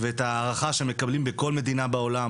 ואת ההערכה שהם מקבלים בכל מדינה בעולם.